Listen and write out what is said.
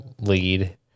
lead